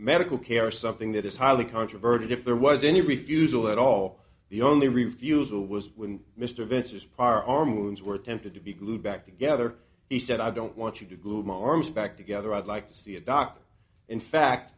medical care or something that is highly controverted if there was any refusal at all the only refusal was when mr vince's par our moons were attempted to be glued back together he said i don't want you to gloom arms back together i'd like to see a doctor in fact